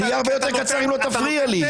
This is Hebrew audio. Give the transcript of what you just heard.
זה יהיה הרבה יותר קצר אם לא תפריע לי.